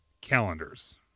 calendars